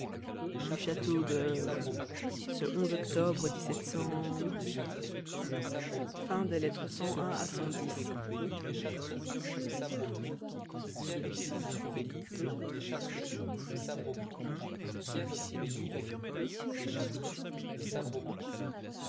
du château de octobre à